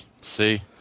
See